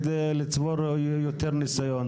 על מנת לצבור יותר ניסיון,